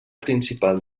principal